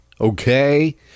okay